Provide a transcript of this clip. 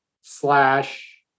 slash